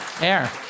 air